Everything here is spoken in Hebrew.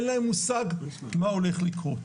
אין להם מושג מה הולך לקרות.